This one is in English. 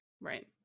right